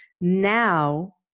now